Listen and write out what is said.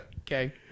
okay